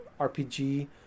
RPG